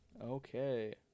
Okay